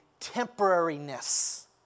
temporariness